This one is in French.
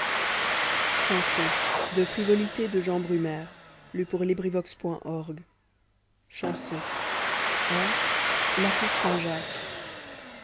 chanson air la tour saint-jacques